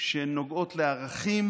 שנוגעות לערכים,